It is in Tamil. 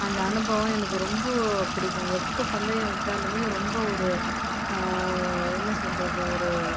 அந்த அனுபவம் எனக்கு ரொம்ப பிடிக்கும் எப்போது பந்தயம் வச்சாலுமே ரொம்ப ஒரு என்ன சொல்கிறது ஒரு